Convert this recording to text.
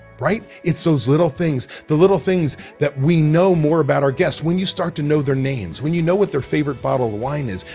right? it's those little things, the little things that we know more about our guests. when you start to know their names, when you know what their favorite bottle of wine is,